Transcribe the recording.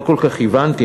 לא כל כך הבנתי,